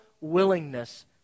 willingness